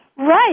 Right